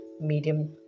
medium